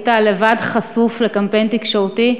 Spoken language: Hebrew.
היית לבד חשוף לקמפיין תקשורתי.